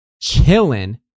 chilling